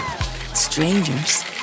Strangers